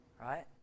right